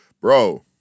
Bro